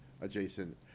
adjacent